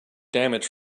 damage